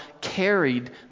carried